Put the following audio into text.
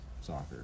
Soccer